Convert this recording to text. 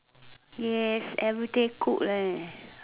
yes everyday cook